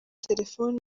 telefoni